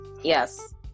yes